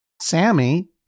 Sammy